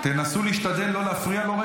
תשתדלו לא להפריע לו.